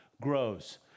grows